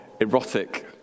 erotic